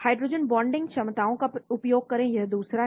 hydrogen bonding क्षमताओं का उपयोग करें यह दूसरा है